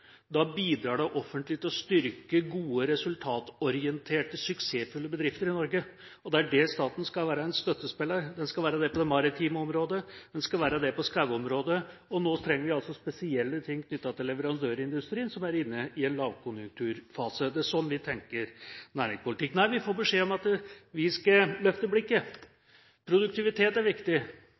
Da bidrar det offentlige til å styrke gode, resultatorienterte, suksessfulle bedrifter i Norge. Det er det staten skal være – en støttespiller. Den skal være det på det maritime området, den skal være det på skogområdet, og nå trenger vi altså spesielle ting knyttet til leverandørindustrien, som er inne i en lavkonjunkturfase. Det er sånn vi tenker næringspolitikk. Nei, vi får beskjed om at vi skal løfte blikket. Produktivitet er viktig.